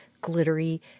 glittery